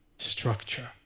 structure